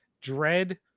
Dread